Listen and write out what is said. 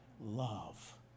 love